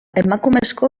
emakumezko